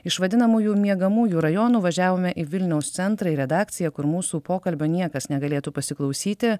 iš vadinamųjų miegamųjų rajonų važiavome į vilniaus centrą į redakciją kur mūsų pokalbio niekas negalėtų pasiklausyti